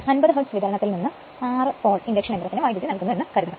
50 hertz വിതരണത്തിൽ നിന്ന് 6 pole induction യന്ത്രത്തിന് വൈദ്യുതി നൽകുന്നു എന്ന് കരുതുക